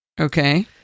Okay